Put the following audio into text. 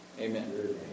Amen